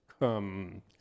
come